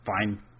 fine